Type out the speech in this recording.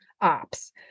ops